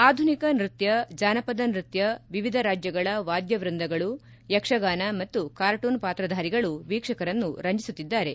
ಆಧುನಿಕ ನೃತ್ಯ ಜಾನಪದ ನೃತ್ಯ ವಿವಿಧ ರಾಜ್ಯಗಳ ವಾದ್ಯ ವೃಂದಗಳು ಯಕ್ಷಗಾನ ಮತ್ತು ಕಾರ್ಟೂನ್ ಪಾತ್ರಧಾರಿಗಳು ವೀಕ್ಷಕರನ್ನು ರಂಜಿಸುತ್ತಿದ್ದಾರೆ